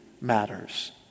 matters